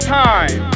time